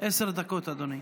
עשר דקות, אדוני.